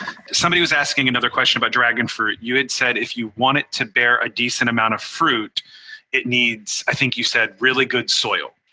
somebody was asking another question about dragon fruit. you had said if you want it to bear a decent amount of fruit it needs, i think you said, really good soil.